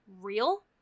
real